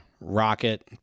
Rocket